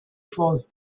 foes